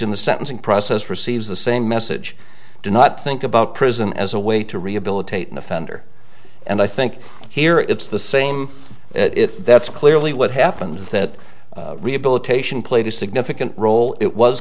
in the sentencing process receives the same message do not think about prison as a way to rehabilitate an offender and i think here it's the same it that's clearly what happened that rehabilitation played a significant role it was